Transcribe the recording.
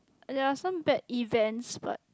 there are some bad events but